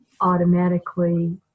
automatically